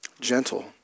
gentle